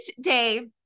day